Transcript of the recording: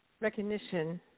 recognition